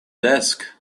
desk